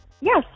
Yes